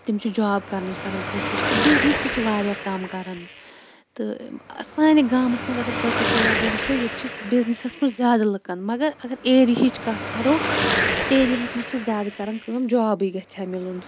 تِم چھِ جاب کَرنٕچ کَران کوٗشِش تہٕ بِزنِس تہِ چھِ واریاہ کَم کَرَان تہٕ سانہِ گامَس مَنٛز اَگَر پٔٹِکیولَرلی وٕچھو ییٚتہِ چھِ بِزنِسَس کُن زیادٕ لُکَن مَگَر اَگر ایریٕہٕچ کتھ کَرو ایریہَس مَنٛز چھِ زیادٕ کَران کٲم جابٕے گَژھِ ہہَ مِلُن